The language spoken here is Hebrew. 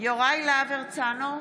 יוראי להב הרצנו,